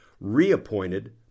reappointed